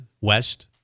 West